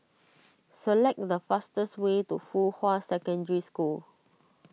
select the fastest way to Fuhua Secondary School